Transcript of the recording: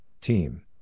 team